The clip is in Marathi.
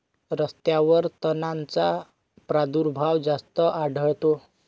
रस्त्यांवर तणांचा प्रादुर्भाव जास्त आढळतो